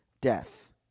death